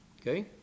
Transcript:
Okay